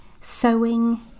sewing